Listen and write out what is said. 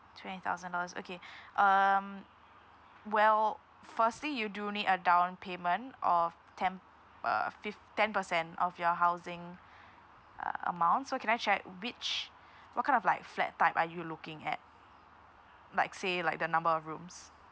twenty thousand dollars okay um well firstly you do need a down payment of ten uh fif~ ten percent of your housing uh amount so can I check which what kind of like flat type are you looking at like say like the number of rooms